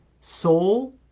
soul